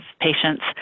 patients